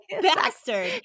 bastard